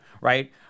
right